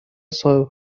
صاحب